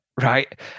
right